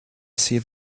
see